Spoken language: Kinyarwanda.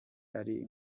ari